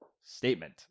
statement